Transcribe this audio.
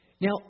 Now